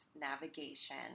navigation